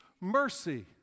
mercy